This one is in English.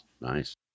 Nice